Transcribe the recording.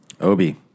Obi